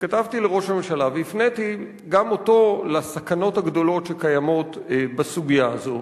וכתבתי לראש הממשלה והפניתי גם אותו לסכנות הגדולות שקיימות בסוגיה הזו